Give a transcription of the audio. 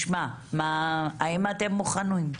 אני רוצה לשמוע, האם אתם מוכנים?